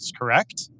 correct